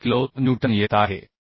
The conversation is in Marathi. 72 किलो न्यूटन येत आहे